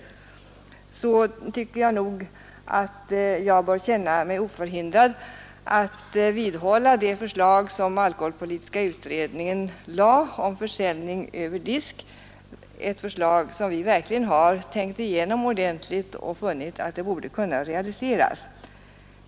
Då tycker jag nog att jag bör känna mig oförhindrad att vidhålla alkoholpolitiska utredningens förslag om försäljning över disk. Det förslaget har vi verkligen tänkt igenom ordentligt, och vi har funnit att det bör kunna realiseras.